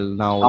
now